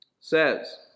says